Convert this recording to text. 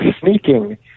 sneaking